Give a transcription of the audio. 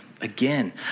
again